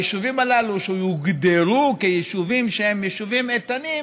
היישובים הללו שיוגדרו כיישובים שהם יישובים איתנים,